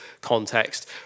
context